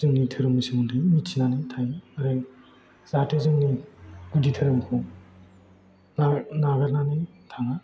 जोंनि धोरोमनि सोमोन्दै मिथिनानै थायो आरो जाहाथे जोंनि गुदि धोरोमखौ नागारनानै थाङा